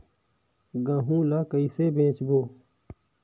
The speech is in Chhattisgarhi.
गहूं ला कइसे बेचबो?